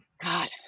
god